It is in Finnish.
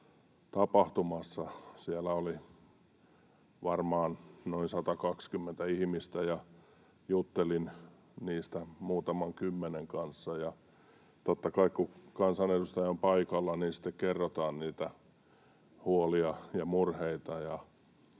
tapahtumassa, jossa oli varmaan noin 120 ihmistä, ja juttelin niistä muutaman kymmenen kanssa. Totta kai, kun kansanedustaja on paikalla, kerrotaan niitä huolia ja murheita,